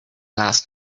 last